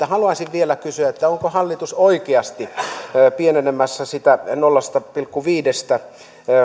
haluaisin vielä kysyä onko hallitus oikeasti pienentämässä sitä nolla pilkku viidestä